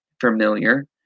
familiar